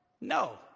No